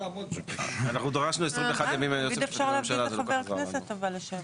אנחנו דרשנו 21 ימים מהיועצת המשפטית לממשלה.